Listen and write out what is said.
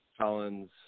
Collins